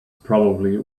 probably